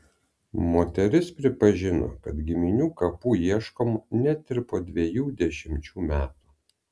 moteris pripažino kad giminių kapų ieškoma net ir po dviejų dešimčių metų